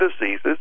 diseases